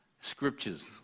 scriptures